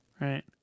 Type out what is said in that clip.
Right